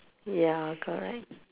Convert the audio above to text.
ya correct